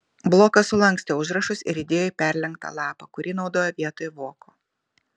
blokas sulankstė užrašus ir įdėjo į perlenktą lapą kurį naudojo vietoj voko